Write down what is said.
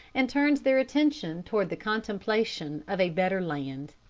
and turns their attention toward the contemplation of a better land.